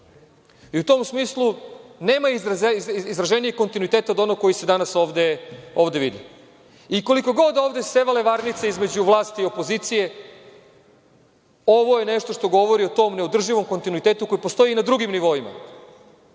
I u tom smislu nema izraženijeg kontinuiteta od onog koji se danas ovde vidi. Koliko god ovde sevale varnice između vlasti i opozicije, ovo je nešto što govori o tom neodrživom kontinuitetu koji postoji i na drugim nivoima.